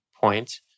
point